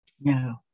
no